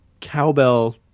cowbell